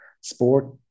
Sport